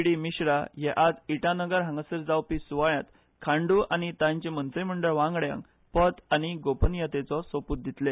डी मिश्रा हे आज इटानगर हांगासर जावपी सुवाळ्यांत खांडू आनी तांचे मंत्रीमडळ वांगड्यांक पद आनी गोपनियतेचो सोपूत दितले